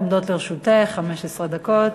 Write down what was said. עומדות לרשותך 15 דקות.